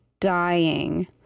dying